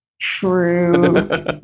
True